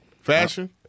Fashion